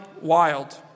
wild